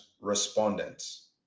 respondents